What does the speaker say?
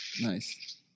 Nice